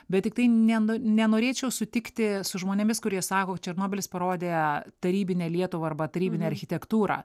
bet tiktai ne nenorėčiau sutikti su žmonėmis kurie sako kad černobylis parodė tarybinę lietuvą arba tarybinę architektūrą